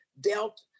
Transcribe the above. dealt